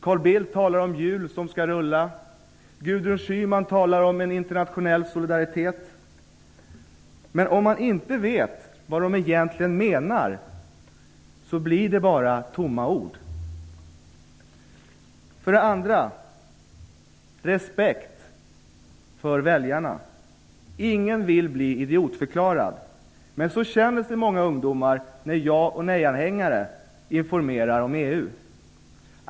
Carl Bildt talar om "hjul som skall rulla", och Gudrun Schyman talar om "internationell solidaritet", men om man inte vet vad de egentligen menar, blir det bara tomma ord. För det andra - respekt för väljarna. Ingen vill bli idiotförklarad, men så känner sig många ungdomar när ja och nej-anhängare informerar om EU.